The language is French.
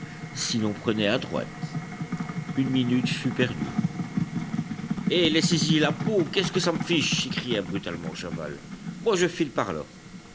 si l'on prenait à droite une minute fut perdue eh laissez y la peau qu'est-ce que ça me fiche s'écria brutalement chaval moi je file par là